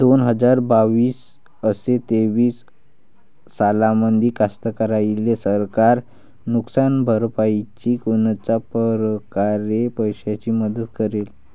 दोन हजार बावीस अस तेवीस सालामंदी कास्तकाराइले सरकार नुकसान भरपाईची कोनच्या परकारे पैशाची मदत करेन?